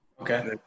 Okay